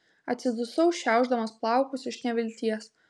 atsidusau šiaušdamas plaukus iš nevilties